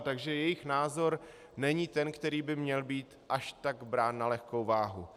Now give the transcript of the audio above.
Takže jejich názor není ten, který by měl být až tak brán na lehkou váhu.